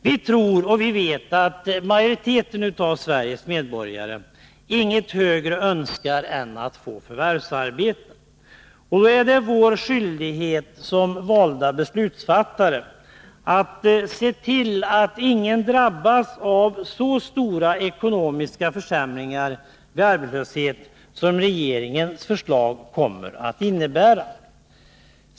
Vi tror och vi vet att majoriteten av Sveriges medborgare inget högre önskar än att få förvärvsarbeta. Då är det vår skyldighet som valda beslutsfattare att se till att ingen drabbas av så stora ekonomiska försämringar vid arbetslöshet som regeringens förslag kommer att innebära.